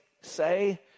say